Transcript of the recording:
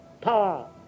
power